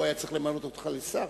הוא היה צריך למנות אותך לשר.